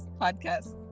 podcast